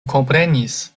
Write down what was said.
komprenis